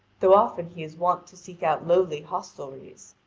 though often he is wont to seek out lowly hostelries.